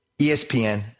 ESPN